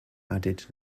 added